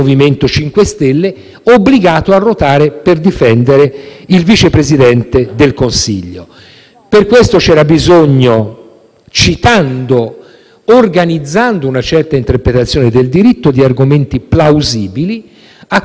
Per questo c'era bisogno, citando e organizzando una certa interpretazione del diritto, di argomenti plausibili, a cominciare dall'invenzione letterale della responsabilità collegiale.